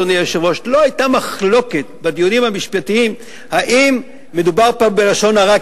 אדוני היושב-ראש: לא היתה מחלוקת בדיונים המשפטיים אם מדובר בלשון הרע,